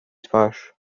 twarz